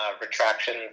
retraction